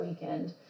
weekend